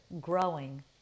growing